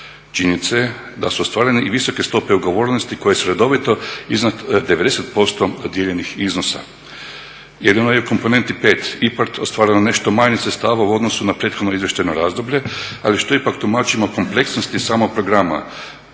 Činjenica je da su ostvarene i visoke stope ugovorenosti koje su redovito iznad 90% dodijeljenih iznosa. Jedino je u komponenti 5 IPARD ostvareno nešto manje sredstava u odnosu na prethodno izvještajno razdoblje ali što ipak tumačimo kompleksnosti samog programa.